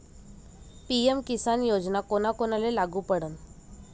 PM Kisan योजना कोना कोनाले लागू पडन?